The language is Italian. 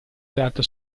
adatta